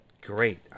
Great